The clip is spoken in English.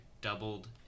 doubled